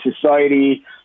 society